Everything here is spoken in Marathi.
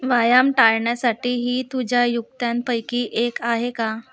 व्यायाम टाळण्यासाठी ही तुझ्या युक्त्यांपैकी एक आहे का